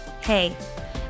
Hey